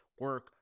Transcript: Work